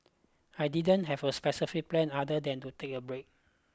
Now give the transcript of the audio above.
I didn't have a specific plan other than to take a break